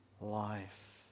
life